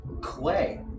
clay